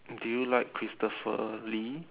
do you like christopher lee